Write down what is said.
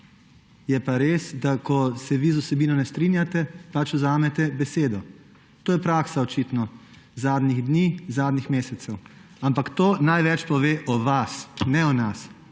Je pa res, da ko se vi z vsebino ne strinjate, vzamete besedo. To je praksa očitno zadnjih dni, zadnjih mesecev. Ampak to največ pove o vas, ne o nas,